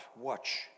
Watch